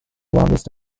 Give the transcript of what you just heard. longest